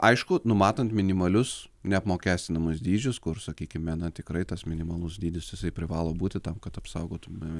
aišku numatant minimalius neapmokestinamus dydžius kur sakykime na tikrai tas minimalus dydis jisai privalo būti tam kad apsaugotume